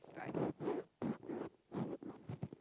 like